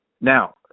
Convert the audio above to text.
Now